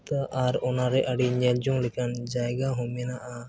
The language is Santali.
ᱛᱳ ᱚᱱᱟ ᱨᱮ ᱟᱹᱰᱤ ᱧᱮᱞ ᱡᱚᱝ ᱞᱮᱠᱟᱱ ᱡᱟᱭᱜᱟ ᱦᱚᱸ ᱢᱮᱱᱟᱜᱼᱟ